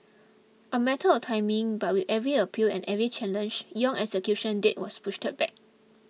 a matter of timing But with every appeal and every challenge Yong's execution date was pushed back